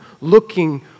looking